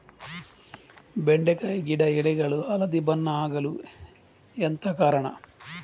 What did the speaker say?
ಬೆಂಡೆಕಾಯಿ ಗಿಡ ಎಲೆಗಳು ಹಳದಿ ಬಣ್ಣದ ಆಗಲು ಎಂತ ಕಾರಣ?